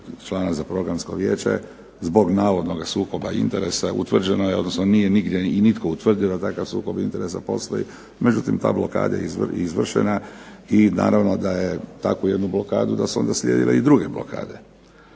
člana za Programsko vijeće zbog navodnoga sukoba interesa. Utvrđeno je, odnosno nije nigdje i nitko utvrdio da takav sukob interesa postoji, međutim ta blokada je izvršena i naravno da je takvu jednu blokadu da su onda slijedile i druge blokade.